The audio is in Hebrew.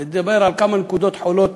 נדבר על כמה נקודות חולות